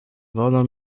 wolno